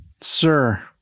Sir